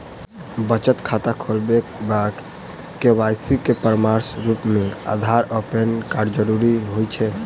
बचत खाता खोलेबाक लेल के.वाई.सी केँ प्रमाणक रूप मेँ अधार आ पैन कार्डक जरूरत होइ छै